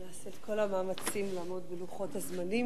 אני אעשה את כל המאמצים לעמוד בלוחות הזמנים.